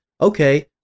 Okay